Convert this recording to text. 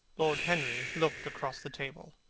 lord henry looked across the table.